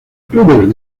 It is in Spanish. clubes